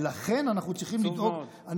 ולכן אנחנו צריכים לדאוג.